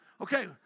Okay